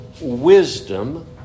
wisdom